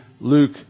Luke